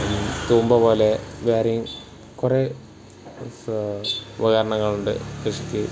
തൂമ്പ പോലെ വേറെയും കുറേ ഉപകരണങ്ങളുണ്ട് കൃഷിക്ക്